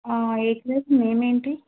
ఏ class name ఏంటి